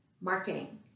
marketing